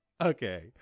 Okay